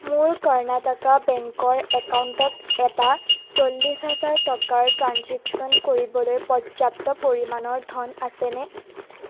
মোৰ কৰ্ণাটকা বেংকৰ একাউণ্টত এটা চল্লিছ হেজাৰ টকাৰ ট্ৰেঞ্জেকশ্য়ন কৰিবলৈ পৰ্যাপ্ত পৰিমাণৰ ধন আছেনে